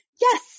Yes